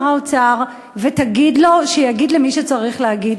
האוצר ותגיד לו שיגיד למי שצריך להגיד.